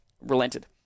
relented